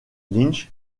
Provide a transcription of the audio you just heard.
lynch